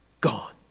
gone